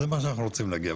זה מה שאנחנו רוצים להגיע.